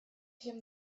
him